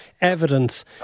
evidence